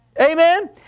Amen